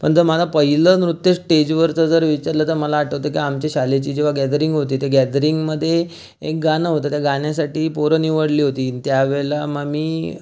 पण जर माझं पहिलं नृत्य स्टेजवरचं जर विचारलं तर मला आठवतं की आमच्या शाळेची जेव्हा गॅदरिंग होती तर गॅदरिंगमध्ये एक गाणं होतं ते गाण्यासाठी पोरं निवडली होती त्यावेळला मग मी